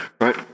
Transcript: Right